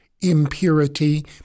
impurity